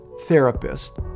therapist